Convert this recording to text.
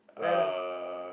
uh